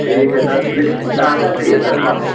ठीक है सर लेकिन ताजा चहिए सर हमारे को